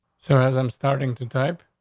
so as i'm starting to type,